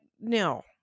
no